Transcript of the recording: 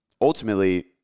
ultimately